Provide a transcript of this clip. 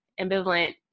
ambivalent